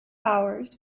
bowers